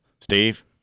Steve